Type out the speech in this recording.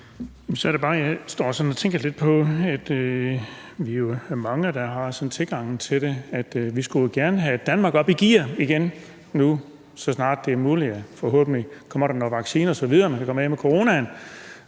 og tænker lidt på, at vi jo er mange, der har sådan en tilgang til det, at vi gerne skulle have Danmark op i gear igen, så snart det er muligt. Forhåbentlig kommer der vacciner osv., og så kommer vi af med coronaen.